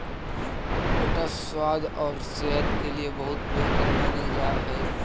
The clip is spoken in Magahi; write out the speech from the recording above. ओट्स स्वाद और सेहत के लिए बहुत बेहतर मानल जा हई